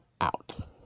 out